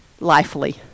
lifely